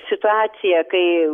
situaciją kai